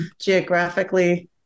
geographically